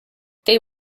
they